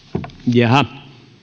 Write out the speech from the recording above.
jaaha